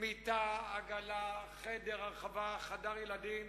יותר, מיטה, עגלה, חדר, הרחבה, חדר ילדים.